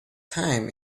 time